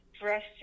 dressed